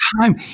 time